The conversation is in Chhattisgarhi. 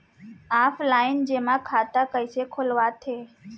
ऑफलाइन जेमा खाता कइसे खोलवाथे?